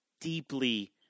deeply